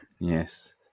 Yes